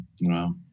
Wow